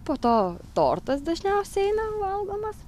po to tortas dažniausiai eina valgomas